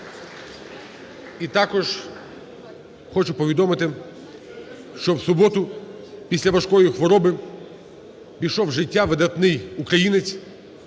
І також хочу повідомити, що в суботу після важкої хвороби пішов з життя видатний українець,